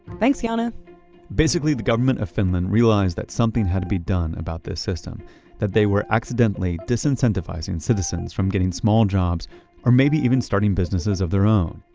thanks, jaana basically, the government of finland realized that something had to be done about this system that they were accidentally disincentivizing citizens from getting small jobs or maybe even starting businesses of their own.